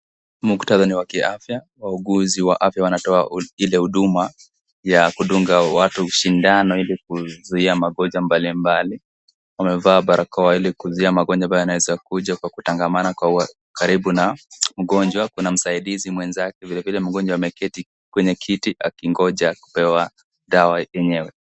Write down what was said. Muktatha ni wa kiafya. Wauguzi wa afya wanatoa ile huduma ya kudunga waru sindano ili kuzuia magonjwa mbali mbali, wamevaa barakoa ili kuzuia magonjwa ambayo yanaweza kuja kwa kutangamana kwa ukaribu na mgonjwa, kuna msaidizi mwenzake vile vile mgonjwa ameketi kwenye kiti akingoja kupewa dawa yenyewe.